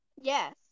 Yes